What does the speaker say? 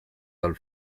dal